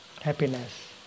happiness